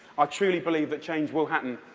i truly believe that change will happen.